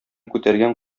күтәргән